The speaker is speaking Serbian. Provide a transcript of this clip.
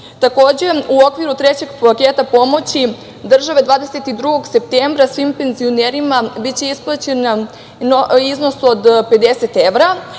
u okviru trećeg paketa pomoći države 22. septembra svim penzionerima biće isplaćen iznos od 50 evra,